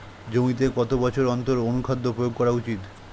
জমিতে কত বছর অন্তর অনুখাদ্য প্রয়োগ করা উচিৎ?